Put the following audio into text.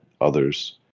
others